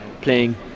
playing